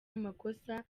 amakosa